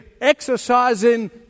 exercising